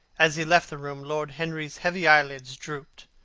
as he left the room, lord henry's heavy eyelids drooped,